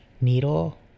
needle